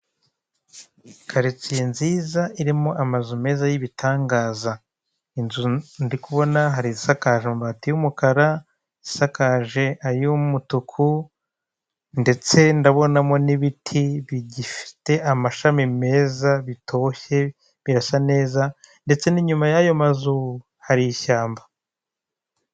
Karitsiye nziza irimo amazu meza y'ibitangaza inzu ndikubona hari izisakaje amabati y'umukara, izisakaje ay'umutuku ndetse ndabonamo n'ibiti bigifite amashami meza bitoshye birasa neza ndetse n'inyuma y'ayo mazu hari ishyamba.